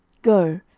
go,